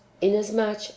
inasmuch